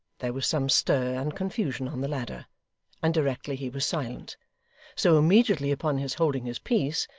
there was some stir and confusion on the ladder and directly he was silent so immediately upon his holding his peace,